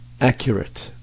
accurate